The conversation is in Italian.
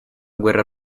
guerra